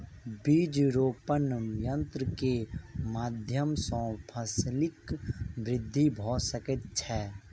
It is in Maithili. बीज रोपण यन्त्र के माध्यम सॅ फसीलक वृद्धि भ सकै छै